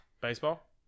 Baseball